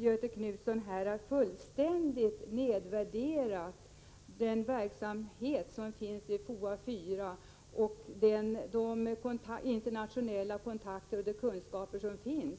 Göthe Knutson har här fullständigt nedvärderat den verksamhet som bedrivs vid FOA 4. Det är viktigt att de internationella kontakter och de kunskaper som finns